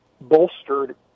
bolstered